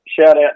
shout-out